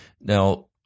Now